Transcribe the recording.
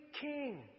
king